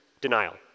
denial